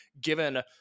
given